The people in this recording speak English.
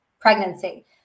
pregnancy